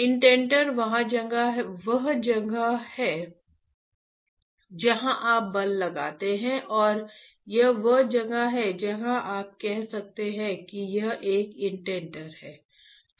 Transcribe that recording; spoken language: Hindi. इंडेंटर वह जगह है जहां आप बल लगाते हैं यह वह जगह है जहाँ आप कह सकते हैं कि यह एक इंडेंटर है